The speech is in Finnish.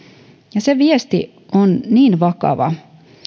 ja se viesti on niin vakava